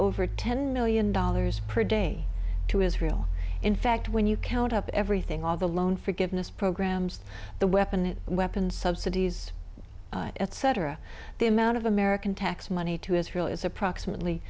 over ten million dollars per day to israel in fact when you count up everything all the loan forgiveness programs the weapon weapons subsidies etc the amount of american tax money to israel is approximately